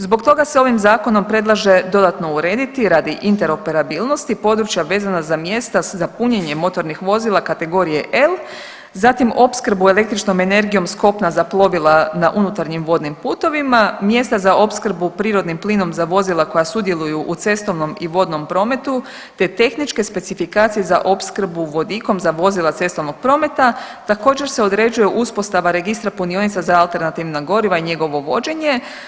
Zbog toga se ovim zakonom predlaže dodatno urediti radi interoperabilnosti područja vezana za mjesta za punjenje motornih vozila kategorije L, zatim opskrbu električnom energijom s kopna za plovila na unutarnjim vodnim putovima, mjesta za opskrbu prirodnim plinom za vozila koja sudjeluju u cestovnom i vodnom prometu, te tehničke specifikacije za opskrbu vodikom za vozila cestovnog prometa također se određuje uspostava registra punionica za alternativna goriva i njegovo vođenje.